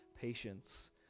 patience